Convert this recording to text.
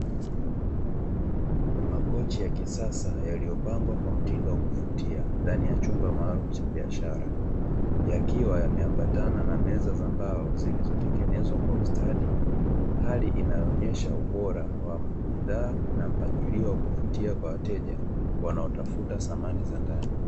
Makochi ya kisasa yaliyopangwa kwa mtindo wa kuvutia ndani ya chumba maalumu cha biashara, yakiwa yameambatana na meza za mbao zilizotengenezwa kwa ustadi. Hali inayoonyesha ubora wa bidhaa na mpangilio wa kuvutia kwa wateja, wanaotafuta samani za ndani.